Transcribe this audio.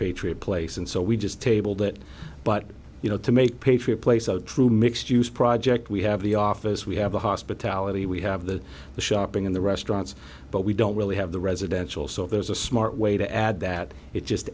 patriot place and so we just table that but you know to make patriot place a true mixed use project we have the office we have the hospitality we have the shopping in the restaurants but we don't really have the residential so if there's a smart way to add that it just